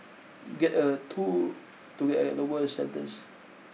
clearly a tool to get a lower sentence